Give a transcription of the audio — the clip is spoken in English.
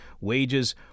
wages